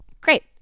Great